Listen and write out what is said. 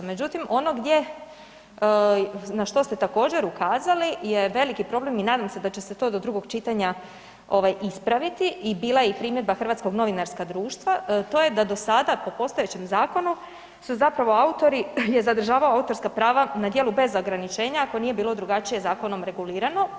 Međutim ono gdje na što ste također ukazali je veliki problem i nadam se da će se to do drugog čitanja ovaj ispraviti i bila je i primjedba Hrvatskog novinarskog društva to je da do sada po postojećem zakonu su zapravo autori je zadržavao autorska prava na djelu bez ograničenja ako nije bilo drugačije zakonom regulirano.